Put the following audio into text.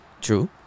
True